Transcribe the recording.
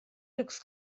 looks